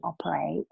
operate